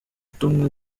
tumwe